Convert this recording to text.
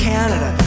Canada